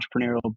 entrepreneurial